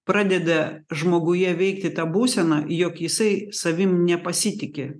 pradeda žmoguje veikti ta būsena jog jisai savim nepasitiki